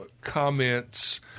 comments